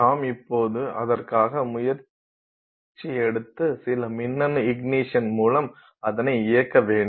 நாம் இப்போது அதற்காக முயற்சி எடுத்து சில மின்னணு இக்னிஷன் மூலம் அதனை இயக்க வேண்டும்